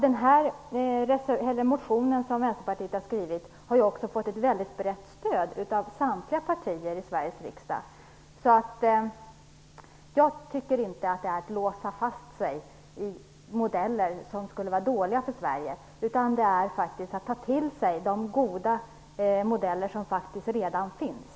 Den motion som Vänsterpartiet har väckt har också fått ett mycket brett stöd från samtliga partier i Sveriges riksdag. Jag tycker inte att dess förslag innebär att man låser fast sig vid modeller som skulle vara dåliga för Sverige, utan att man skall ta till sig de goda modeller som faktiskt redan finns.